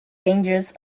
dangerous